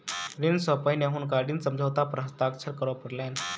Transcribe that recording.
ऋण सॅ पहिने हुनका ऋण समझौता पर हस्ताक्षर करअ पड़लैन